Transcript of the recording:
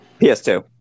PS2